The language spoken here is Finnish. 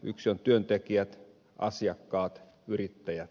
yksi on työntekijät asiakkaat yrittäjät